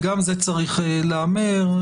וגם זה צריך להיאמר.